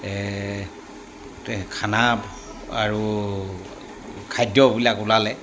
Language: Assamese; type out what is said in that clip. খানা আৰু খাদ্যবিলাক ওলালে